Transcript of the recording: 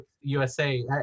usa